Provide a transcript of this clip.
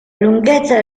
lunghezza